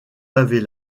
avez